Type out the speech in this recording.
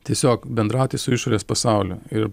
tiesiog bendrauti su išorės pasauliu ir